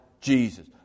Jesus